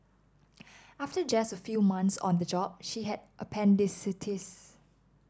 after just a few months on the job she had appendicitis